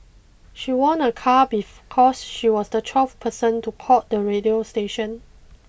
she won a car be cause she was the twelfth person to call the radio station